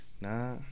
Nah